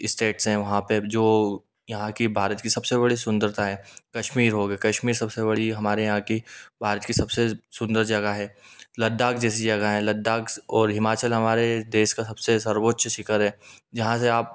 estates हैं वहाँ पे अब जो यहाँ की भारत की सबसे बड़ी सुंदरता है कश्मीर हो गया कश्मीर सबसे बड़ी हमारे यहाँ की भारत की सबसे सुंदर जगा है लद्दाख जैसी जगह हैं लद्दाख और हिमाचल हमारे देश का सबसे सर्वोच्च शिखर है जहाँ से आप